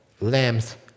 lambs